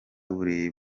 buri